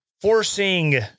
forcing